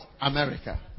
America